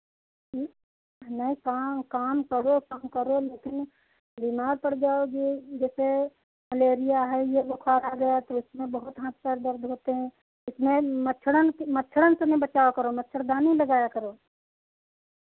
नहीं काम काम करो काम करो लेकिन बीमार पड़ जाओगी जैसे मलेरिया है ये बुखार आ गया तो इसमें बहुत हाथ पैर दर्द होते हैं इसमें मच्छरन मच्छरन से बचाव करो मच्छरदानी लगाया करो